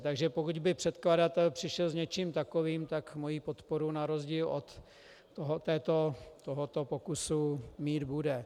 Takže pokud by předkladatel přišel s něčím takovým, tak moji podporu na rozdíl od tohoto pokusu mít bude.